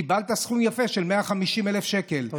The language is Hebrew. קיבלת סכום יפה של 150,000 שקלים.